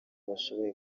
bashoboye